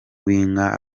w’inka